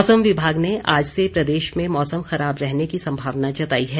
मौसम विभाग ने आज से प्रदेश में मौसम ख़राब रहने की सम्भावना जताई है